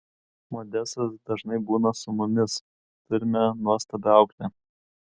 modestas dažnai būna su mumis turime nuostabią auklę